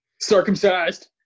Circumcised